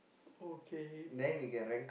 oh okay